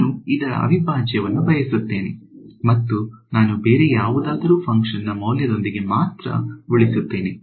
ನಾನು ಇದರ ಅವಿಭಾಜ್ಯವನ್ನು ಬಯಸುತ್ತೇನೆ ಮತ್ತು ನಾನು ಬೇರೆ ಯಾವುದಾದರೂ ಫಂಕ್ಷನ ನ ಮೌಲ್ಯದೊಂದಿಗೆ ಮಾತ್ರ ಉಳಿಸುತ್ತೇನೆ